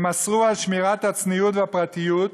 הם אסרו על שמירת הצניעות והפרטיות,